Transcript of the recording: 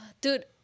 Dude